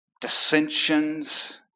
dissensions